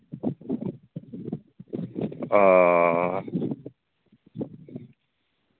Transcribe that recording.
ᱚ